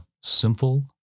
Simple